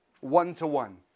one-to-one